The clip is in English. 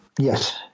Yes